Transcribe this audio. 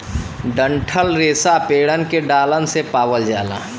डंठल रेसा पेड़न के डालन से पावल जाला